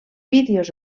vídeos